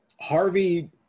Harvey